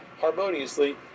harmoniously